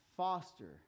Foster